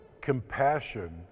compassion